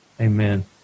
Amen